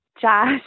Josh